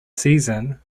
season